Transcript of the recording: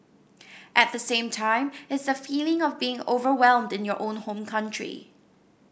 at the same time it's the feeling of being overwhelmed in your own home country